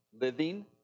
living